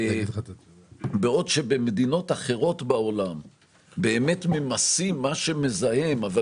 בעוד שבמדינות אחרות בעולם באמת ממסים מה שמזהם אבל